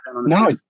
No